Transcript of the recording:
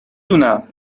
دونم